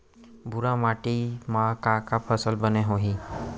भूरा माटी मा का का फसल बने होही?